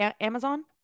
amazon